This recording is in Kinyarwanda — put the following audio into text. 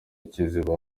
kiziba